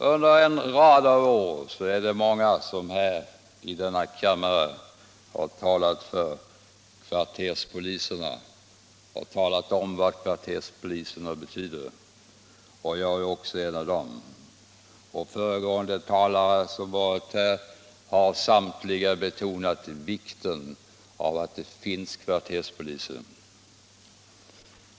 Under en rad år har många i denna kammare talat för kvarterspoliserna och om deras betydelse. Jag är en av dem som gjort det. Samtliga föregående talare i denna debatt har betonat vikten av att det finns kvarterspoliser.